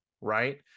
right